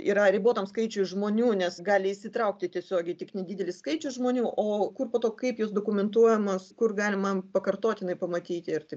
yra ribotam skaičiui žmonių nes gali įsitraukti tiesiogiai tik nedidelis skaičius žmonių o kur po to kaip jis dokumentuojamas kur galima pakartotinai pamatyti ir